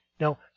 Now